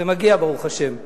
זה מגיע, ברוך השם.